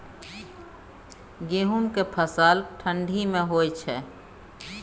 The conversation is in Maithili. गेहूं के फसल ठंडी मे होय छै?